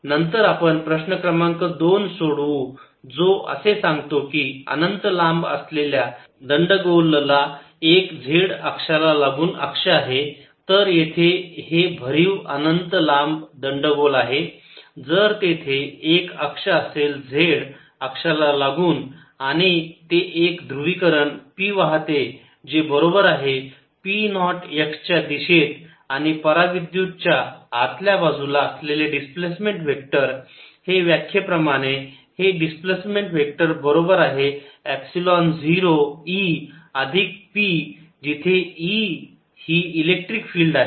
नंतर आपण प्रश्न क्रमांक दोन सोडवून जो असे सांगतो की अनंत लांब असलेल्या दंडगोलला एक z अक्षाला लागून अक्ष आहे तर येथे हे भरीव अनंत लांब दंडगोल आहे जर तेथे एक अक्ष असेल z अक्षाला लागून आणि ते एक ध्रुवीकरण p वाहते जे बरोबर आहे p नॉट x च्या दिशेत आणि पराविद्युत च्या आतल्या बाजूला असलेले डिस्प्लेसमेंट वेक्टर हे व्याख्येप्रमाणे हे डिस्प्लेसमेंट वेक्टर बरोबर आहे एपसिलोन 0 E अधिक p जिथे E ही इलेक्ट्रिक फील्ड आहे